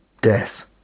death